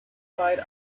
provide